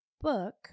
book